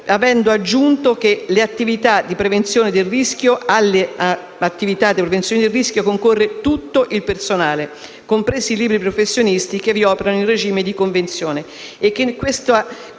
dell'articolo 1, che alle attività di prevenzione del rischio concorre tutto il personale, compresi i liberi professionisti che ivi operano in regime di convenzione,